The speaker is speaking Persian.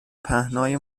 پهنای